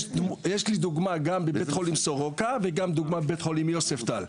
יש דוגמא גם בבית חולים סורוקה וגם בבית חולים יוספטל.